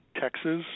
Texas